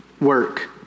work